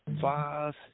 five